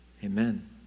Amen